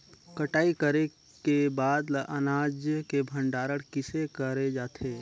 कटाई करे के बाद ल अनाज के भंडारण किसे करे जाथे?